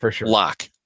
lock